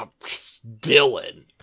dylan